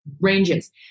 Ranges